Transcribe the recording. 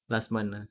last month lah